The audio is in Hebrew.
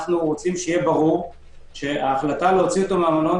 אנו רוצים שההחלטה להוציאו מהמלון,